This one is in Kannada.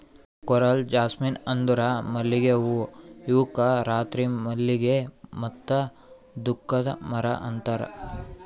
ಕೋರಲ್ ಜಾಸ್ಮಿನ್ ಅಂದುರ್ ಮಲ್ಲಿಗೆ ಹೂವು ಇವುಕ್ ರಾತ್ರಿ ಮಲ್ಲಿಗೆ ಮತ್ತ ದುಃಖದ ಮರ ಅಂತಾರ್